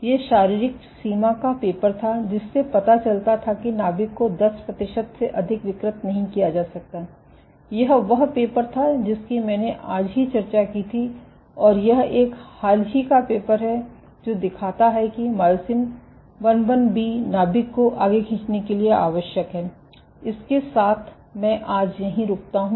यह शारीरिक सीमा का पेपर था जिससे पता चलता था कि नाभिक को 10 प्रतिशत से अधिक विकृत नहीं किया जा सकता है यह वह पेपर था जिसकी मैंने आज ही चर्चा की थी और यह एक हाल ही का पेपर है जो दिखाता है कि मायोसिन II बी नाभिक को आगे खींचने के लिए आवश्यक है इसके साथ मैं आज यहीं रुकता हूँ